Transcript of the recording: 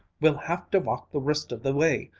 we'll have to walk the rest of the way.